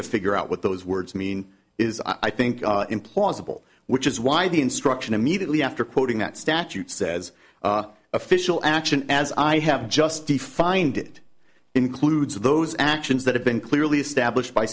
to figure out what those words mean is i think implausible which is why the instruction immediately after putting that statute says official action as i have just defined it includes those actions that have been clearly established by